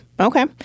okay